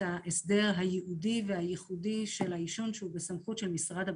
ההסדר הייעודי והייחודי של העישון שהוא בסמכות של משרד הבריאות.